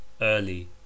early